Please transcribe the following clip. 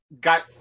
got